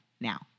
now